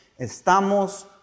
estamos